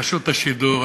ברשות השידור.